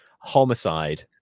homicide